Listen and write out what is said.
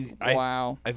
Wow